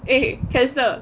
eh callista